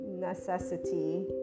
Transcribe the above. necessity